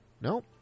Nope